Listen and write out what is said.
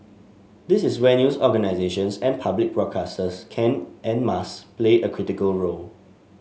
this is where news organisations and public broadcasters can and must play a critical role